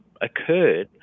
occurred